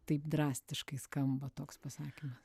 taip drastiškai skamba toks pasakymas